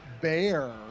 bear